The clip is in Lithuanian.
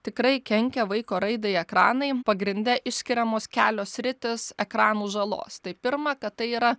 tikrai kenkia vaiko raidai ekranai pagrinde išskiriamos kelios sritys ekranų žalos tai pirma kad tai yra